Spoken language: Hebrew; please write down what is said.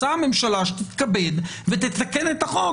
רוצה הממשלה, שתתכבד ותתקן את החוק.